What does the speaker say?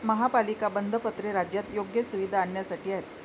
महापालिका बंधपत्रे राज्यात योग्य सुविधा आणण्यासाठी आहेत